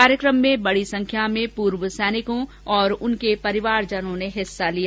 कार्यक्रम में बडी संख्या में पूर्व सैनिकों और उनके परिवाजनों ने हिस्सा लिया